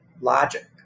logic